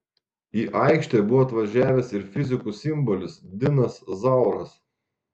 į aikštę buvo atvažiavęs ir fizikų simbolis dinas zauras